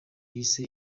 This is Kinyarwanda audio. yise